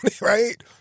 right